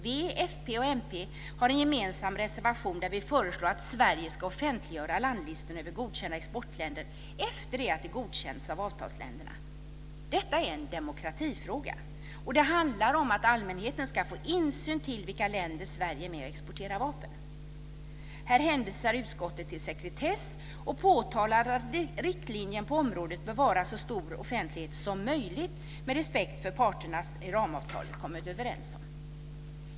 V, fp och mp har en gemensam reservation där vi föreslår att Sverige ska offentliggöra landlistorna över godkända exportländer efter det att de godkänts av avtalsländerna. Detta är en demokratifråga. Det handlar om att allmänheten ska få insyn i vilka länder Sverige är med och exporterar vapen till. Här hänvisar utskottet till sekretess och påtalar att riktlinjen på området bör vara så stor offentlighet som möjligt med respekt för det som parterna i ramavtalet har kommit överens om.